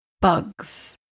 bugs